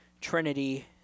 Trinity